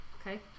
Okay